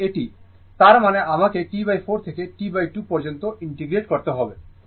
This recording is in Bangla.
সুতরাং এটি তার মানে আমাকে T4 থেকে T2 পর্যন্ত ইন্টিগ্রেট করতে হবে